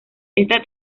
esta